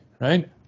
Right